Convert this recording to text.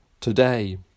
today